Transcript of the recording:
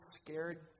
scared